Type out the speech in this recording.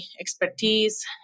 expertise